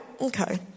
okay